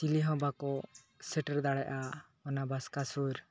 ᱪᱤᱞᱤ ᱦᱚᱸ ᱵᱟᱠᱚ ᱥᱮᱴᱮᱨ ᱫᱟᱲᱮᱭᱟᱜᱼᱟ ᱚᱱᱟ ᱵᱟᱥᱠᱟ ᱥᱩᱨ